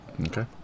Okay